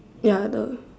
ya the